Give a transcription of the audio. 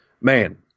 man